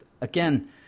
again